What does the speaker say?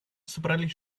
собрались